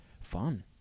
fun